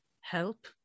help